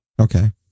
Okay